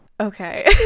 Okay